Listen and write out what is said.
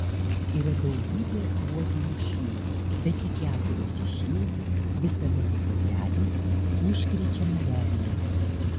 yra daugybė uodų rūšių bet tik keturios iš jų visada tik patelės užkrečia maliarija